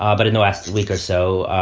um but in the last week or so,